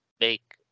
make